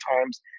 times